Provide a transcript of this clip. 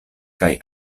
kaj